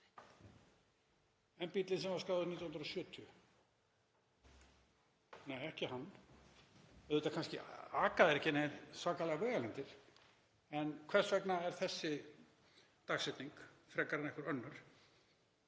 En bíllinn sem var skráður 1970? Nei, ekki hann. Auðvitað aka þeir ekki neinar svakalegar vegalengdir, en hvers vegna er þessi dagsetning frekar en einhver önnur?